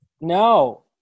No